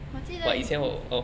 我记得以前我记得